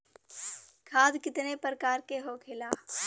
खाद कितने प्रकार के होखेला?